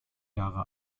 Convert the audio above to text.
jahre